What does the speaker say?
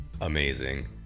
Amazing